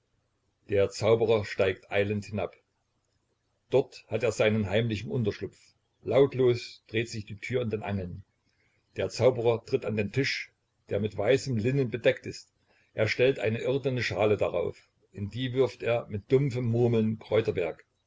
der zauberer steigt eilend hinab dort hat er seinen heimlichen unterschlupf lautlos dreht sich die tür in den angeln der zauberer tritt an den tisch der mit weißem linnen bedeckt ist er stellt eine irdene schale darauf in die wirft er mit dumpfem murmeln